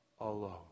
Alone